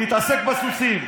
תתעסק בסוסים.